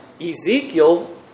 Ezekiel